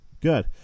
good